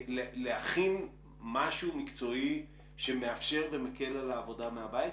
להכין משהו מקצועי שמאפשר ומקל על העבודה מהבית?